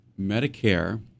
Medicare